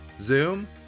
Zoom